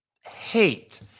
hate